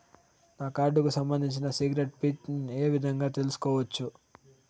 నా కార్డుకు సంబంధించిన సీక్రెట్ పిన్ ఏ విధంగా తీసుకోవచ్చు?